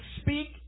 speak